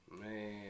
Man